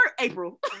April